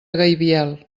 gaibiel